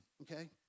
okay